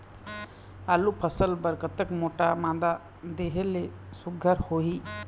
आलू फसल बर कतक मोटा मादा देहे ले सुघ्घर होही?